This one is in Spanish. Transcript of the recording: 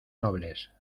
nobles